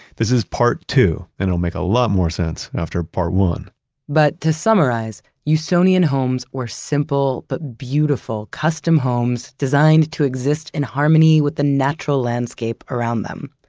this is part two and it'll make a lot more sense after part one but to summarize, usonian homes were simple but beautiful custom homes designed to exist in harmony with the natural landscape around them.